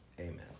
Amen